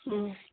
ꯎꯝ